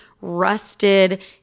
rusted